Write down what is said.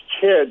kids